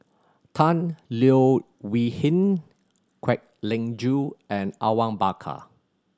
Tan Leo Wee Hin Kwek Leng Joo and Awang Bakar